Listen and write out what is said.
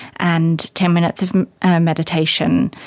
and ten minutes of meditation,